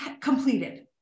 completed